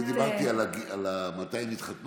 אבל אני דיברתי על מתי הן התחתנו.